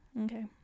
Okay